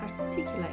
articulate